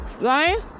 Right